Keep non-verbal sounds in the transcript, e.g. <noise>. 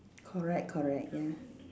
correct correct ya <noise>